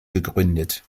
gegründet